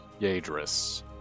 Yadris